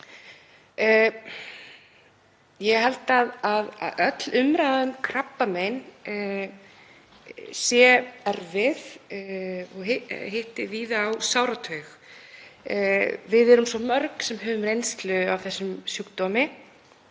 Ég held að öll umræða um krabbamein sé erfið og hitti víða á sára taug. Við erum svo mörg sem höfum reynslu af þessum sjúkdómi,